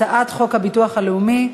הצעת חוק הביטוח הלאומי,